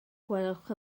gwelwch